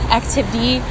activity